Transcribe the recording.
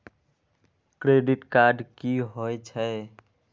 Credit card की होय छै?